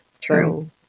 True